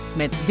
met